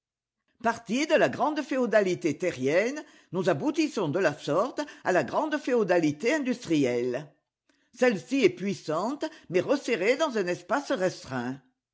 partis de la grande féodalité terrienne nous aboutissons de la sorte à la grande féodalité industrielle celle-ci est puissante mais resserrée dans un espace restreint